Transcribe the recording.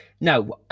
No